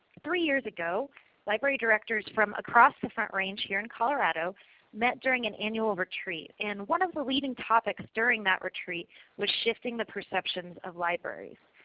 three years ago library directors from across the front range here in colorado met for an annual retreat. and one of the leading topics during that retreat was shifting the perceptions of libraries.